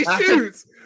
shoots